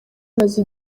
maze